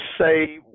say